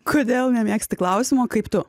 kodėl nemėgsti klausimo kaip tu